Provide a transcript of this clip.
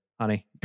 honey